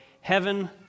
heaven